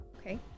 Okay